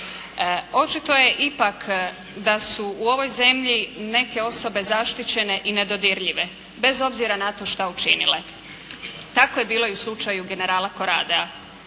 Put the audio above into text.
Očito je ipak da su u ovoj zemlji neke osobe zaštićene i nedodirljive, bez obzira na to šta učinile. Tako je bilo i u slučaju generala Koradea.